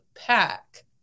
pack